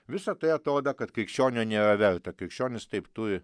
visa tai atroda kad krikščionio nėra verta krikščionis taip turi